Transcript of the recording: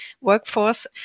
workforce